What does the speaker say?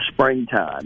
springtime